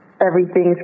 everything's